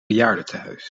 bejaardentehuis